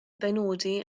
benodi